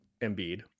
Embiid